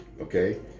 okay